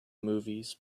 movies